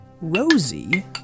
Rosie